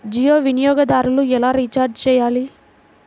జియో వినియోగదారులు ఎలా రీఛార్జ్ చేయాలి?